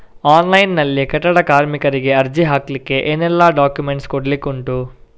Online ನಲ್ಲಿ ಕಟ್ಟಡ ಕಾರ್ಮಿಕರಿಗೆ ಅರ್ಜಿ ಹಾಕ್ಲಿಕ್ಕೆ ಏನೆಲ್ಲಾ ಡಾಕ್ಯುಮೆಂಟ್ಸ್ ಕೊಡ್ಲಿಕುಂಟು?